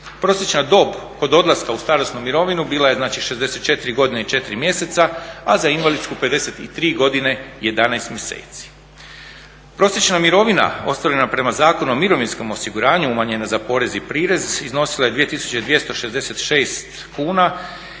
Prosječna dob kod odlaska u starosnu mirovinu bila je, znači 64 godine i 4 mjeseca, a za invalidsku 53 godine i 11 mjeseci. Prosječna mirovina ostvarena prema Zakonu o mirovinskom osiguranju umanjena za porez i prirez iznosila je 2266 kn